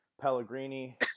Pellegrini